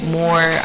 more